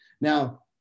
Now